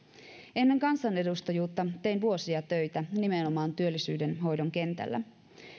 ennen kansanedustajuutta tein vuosia töitä nimenomaan työllisyyden hoidon kentällä